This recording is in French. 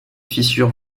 fissures